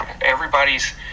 everybody's